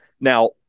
now